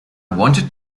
wanted